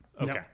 Okay